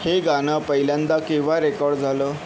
हे गाणं पहिल्यांदा केव्हा रेकॉर्ड झालं